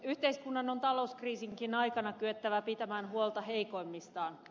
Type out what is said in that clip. yhteiskunnan on talouskriisinkin aikana kyettävä pitämään huolta heikoimmistaan